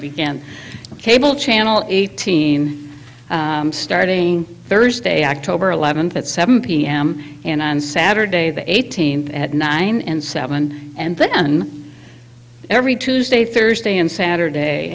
again cable channel eighteen starting thursday october eleventh at seven p m and saturday the eighteenth at nine and seven and then every tuesday thursday and saturday